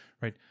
right